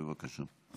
בבקשה.